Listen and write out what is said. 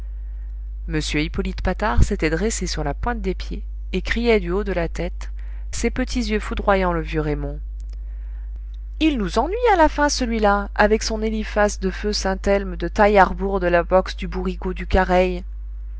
m hippolyte patard s'était dressé sur la pointe des pieds et criait du haut de la tête ses petits yeux foudroyant le vieux raymond il nous ennuie à la fin celui-là avec son eliphas de feu saint-elme de taille à rebours de la boxe du bourricot du careï